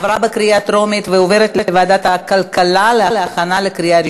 לוועדת הכלכלה נתקבלה.